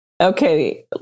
Okay